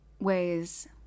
ways